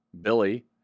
Billy